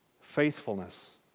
faithfulness